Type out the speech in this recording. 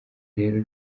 rero